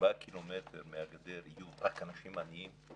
שבארבעה קילומטר מהגדר יהיו רק אנשים עניים?